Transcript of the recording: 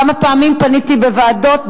כמה פעמים פניתי בוועדות,